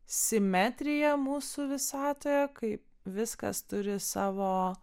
simetriją mūsų visatoje kaip viskas turi savo